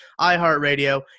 iHeartRadio